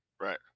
Right